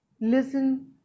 listen